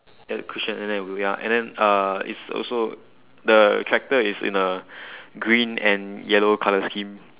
at the cushion and then ya and then uh it's also the tractor is in a green and yellow colour scheme